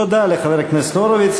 תודה לחבר הכנסת הורוביץ.